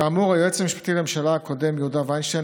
כאמור היועץ המשפטי לממשלה הקודם יהודה וינשטיין